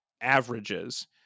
averages